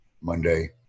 Monday